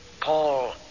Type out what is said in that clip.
Paul